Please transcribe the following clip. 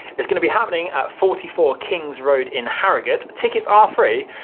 it's going to be happening at forty four kings road in harrogate. tickets are free,